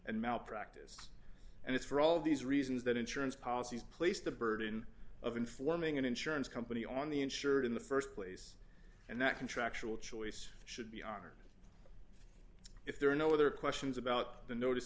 and malpractise and it's for all these reasons that insurance policies place the burden of informing an insurance company on the insured in the st place and that contractual choice should be honored if there are no other questions about the notice